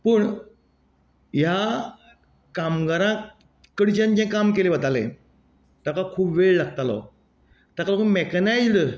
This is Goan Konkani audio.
पूण ह्या कामगारां कडच्यान जें काम केलें वतालें ताका खूब वेळ लागतालो ताका लागून मॅकॅनायज्ड